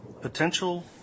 potential